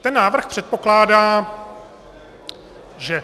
Ten návrh předpokládá, že...